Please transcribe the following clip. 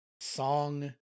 song